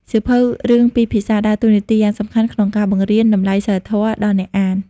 សៀវភៅរឿងពីរភាសាដើរតួនាទីយ៉ាងសំខាន់ក្នុងការបង្រៀន តម្លៃសីលធម៌ ដល់អ្នកអាន។